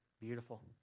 Beautiful